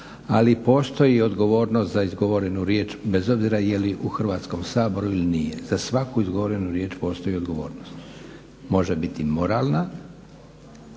ali postoji odgovornost za izgovorenu riječ bez obzira jeli u Hrvatskom saboru ili nije. Za svaku izgovorenu riječ postoji odgovornost. Može biti moralna,